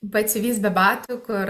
batsiuvys be batų kur